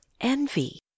envy